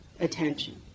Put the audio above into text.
attention